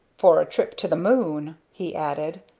for a trip to the moon! he added.